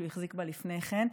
שהוא החזיק בה לפני כן.